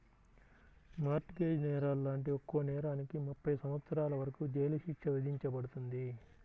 mart gauge నేరాలు లాంటి ఒక్కో నేరానికి ముప్పై సంవత్సరాల వరకు జైలు శిక్ష విధించబడుతుంది